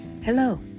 Hello